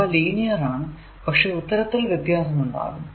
ഇവ ലീനിയർ ആണ് പക്ഷെ ഉത്തരത്തിൽ വ്യത്യാസമുണ്ടാകാം